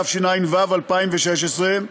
התשע"ו 2016,